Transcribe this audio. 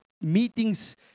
meetings